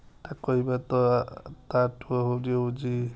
ତାକୁ କହିବା ତ ତାଠୁ ଆହୁରି ହଉଛି